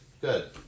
Good